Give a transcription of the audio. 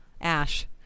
Ash